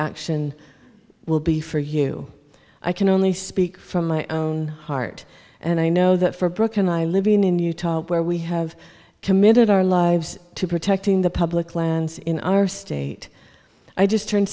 action will be for you i can only speak from my own heart and i know that for brook and i living in utah where we have committed our lives to protecting the public lands in our state i just turned